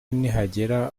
nihagira